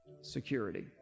security